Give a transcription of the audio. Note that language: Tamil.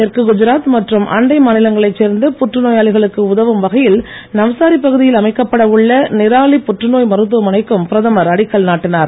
தெற்கு குஜராத் மற்றும் அண்டை மாநிலங்களைச் சேர்ந்த புற்றுநோயாளிகளுக்கு உதவும் வகையில் நவ்சாரி பகுதியில் அமைக்கப்பட உள்ள நிராலி புற்றுநோய் மருத்துவமனைக்கும் பிரதமர் அடிக்கல் நாட்டினார்